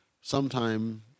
sometime